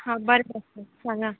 हां बरें बरें सांगा